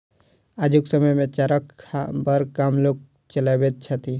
आजुक समय मे चरखा बड़ कम लोक चलबैत छथि